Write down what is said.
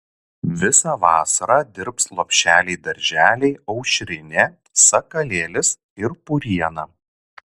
visą vasarą dirbs lopšeliai darželiai aušrinė sakalėlis ir puriena